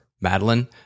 Madeline